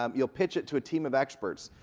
um you'll pitch it to a team of experts,